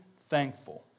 thankful